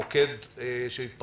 מקומות אלו